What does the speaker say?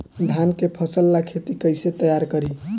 धान के फ़सल ला खेती कइसे तैयार करी?